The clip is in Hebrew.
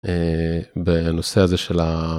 בנושא הזה של ה...